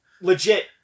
legit